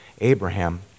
Abraham